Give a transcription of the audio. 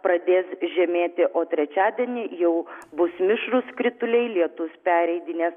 pradės žemėti o trečiadienį jau bus mišrūs krituliai lietus pereidinės